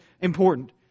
important